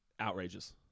Outrageous